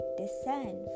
descend